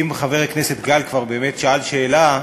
אם חבר הכנסת גל כבר באמת שאל שאלה,